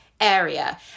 area